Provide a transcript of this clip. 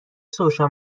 سوشا